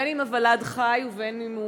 בין שהוולד חי ובין שהוא מת.